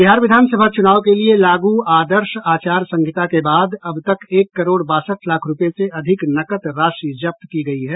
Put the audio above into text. बिहार विधानसभा चुनाव के लिए लागू आदर्श आचार संहिता के बाद अब तक एक करोड़ बासठ लाख रूपये से अधिक नकद राशि जब्त की गयी है